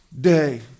day